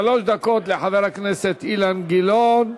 שלוש דקות לחבר הכנסת אילן גילאון.